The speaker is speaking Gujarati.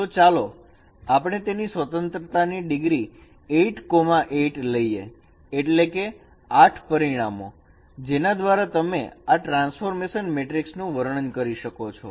તો ચાલો આપણે તેની સ્વતંત્રતા ની ડીગ્રી 88 લઈએ એટલે કે 8 પરિમાણો જેના દ્વારા તમે આ ટ્રાન્સફોર્મેશન મેટ્રિક્સ નું વર્ણન કરી શકો છો